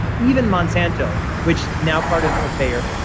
even monsanto, which now part of of bayer,